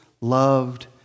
loved